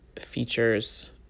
features